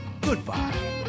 Goodbye